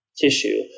tissue